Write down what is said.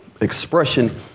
expression